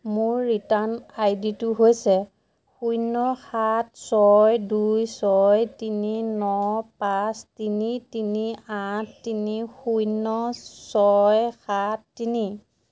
মোৰ return I ডিটো হৈছে শূন্য সাত ছয় দুই ছয় তিনি ন পাঁচ তিনি তিনি আঠ তিনি শূন্য ছয় সাত তিনি